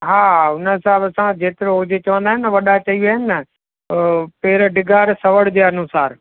हा उन हिसाब सां जेतिरो जीअं चवंदा आहिनि वॾा चई विया आहिनि न पेर डिघा त सवड़ जे अनुसार